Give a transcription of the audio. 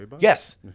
Yes